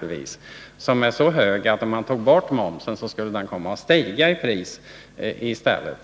Den subventionen är så hög att om man tog bort momsen, Nr 45 så skulle det få den effekten att mjölken kom att stiga i pris — detta